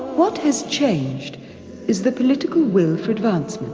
what has changed is the political will for advancement.